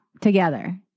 together